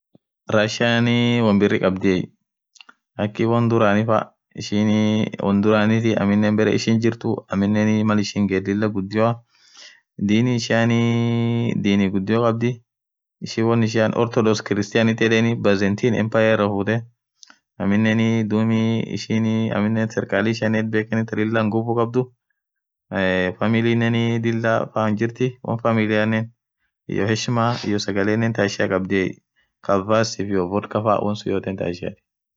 Rassia won birri khabdhiye akhii won dhurani faa ishinii won dhuranithi aminen berre ishin jirthu aminen mal ishin gethu lila ghudio Dini ishiani Dini ghudio khabdhii ishin won ishian ostodor Christianity yedheni bazenti empire irra futhee aminen dhub aminen ishin serkali ishia itbekheni thaa lila unguvu khabdhu eee familinen lila fan jirthi won familia iyo heshima iyo sagale thaa ishia khabdhiye kavasif iyo volca faa won sunn yote thaa ishiati